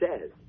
says